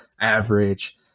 average